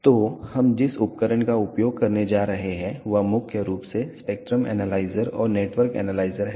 तो हम जिस उपकरण का उपयोग करने जा रहे हैं वह मुख्य रूप से स्पेक्ट्रम एनालाइजर और नेटवर्क एनालाइजर हैं